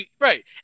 Right